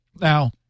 Now